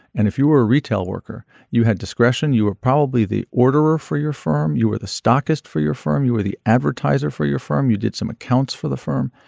and if you were a retail worker you had discretion you were probably the order for your firm you were the starkest for your firm you were the advertiser for your firm you did some accounts for the firm.